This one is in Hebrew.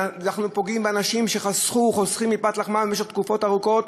אנחנו פוגעים באנשים שחסכו וחוסכים מפת לחמם במשך תקופות ארוכות